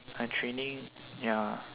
I training ya